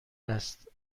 است